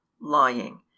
lying